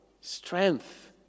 strength